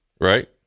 right